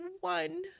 one